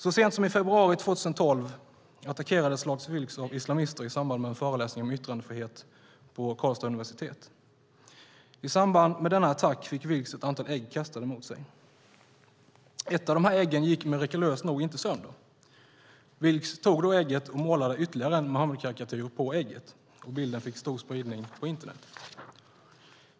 Så sent som i februari 2012 attackerades Lars Vilks av islamister i samband med en föreläsning om yttrandefrihet på Karlstads universitet. I samband med denna attack fick Vilks ett antal ägg kastade mot sig. Ett av dessa ägg gick mirakulöst nog inte sönder. Vilks tog då ägget och målade ytterligare en Muhammedkarikatyr på ägget, och bilden fick stor spridning på internet.